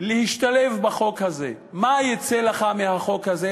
להשתלב בחוק הזה: מה יצא לך מהחוק הזה?